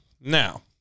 Now